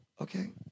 Okay